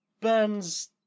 burns